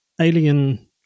alien